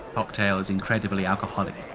cocktails incredibly alcoholic.